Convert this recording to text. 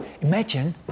Imagine